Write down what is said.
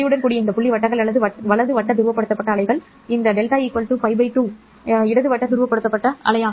புள்ளியுடன் கூடிய இந்த புள்ளி வட்டங்கள் வலது வட்ட துருவப்படுத்தப்பட்ட அலைகள் மற்றும் இந்த δ л 2 இடது வட்ட துருவப்படுத்தப்பட்ட அலை